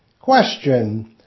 Question